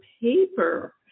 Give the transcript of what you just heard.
paper